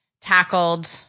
tackled